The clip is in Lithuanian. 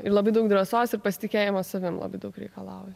ir labai daug drąsos ir pasitikėjimo savim labai daug reikalauja